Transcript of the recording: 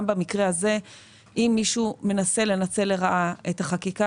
גם במקרה הזה אם מישהו מנסה לנצל לרעה את החקיקה